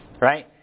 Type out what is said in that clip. Right